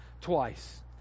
twice